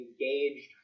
engaged